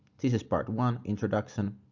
this is part one introduction.